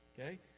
okay